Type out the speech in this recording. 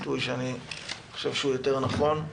ביטוי שאני חושב שהוא נכון יותר.